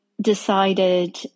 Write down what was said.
decided